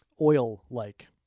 oil-like